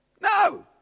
no